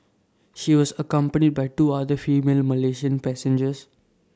she was accompanied by two other female Malaysian passengers